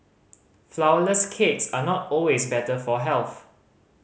flourless cakes are not always better for health